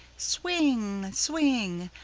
swing! swing!